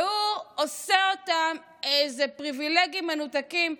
והוא עושה אותם איזה פריבילגים מנותקים.